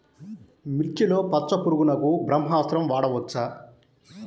మిర్చిలో పచ్చ పురుగునకు బ్రహ్మాస్త్రం వాడవచ్చా?